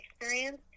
experience